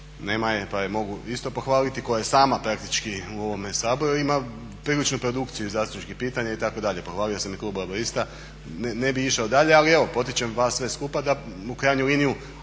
nema je, pa je mogu isto pohvaliti, koja je sama praktički u ovome Saboru ima priličnu produkciju i zastupničkih pitanja itd., pohvalio sam i klub Laburista, ne bih išao dalje ali evo potičem vas sve skupa da u krajnjoj liniji